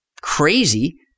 crazy